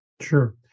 Sure